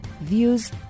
views